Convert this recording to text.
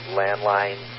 landline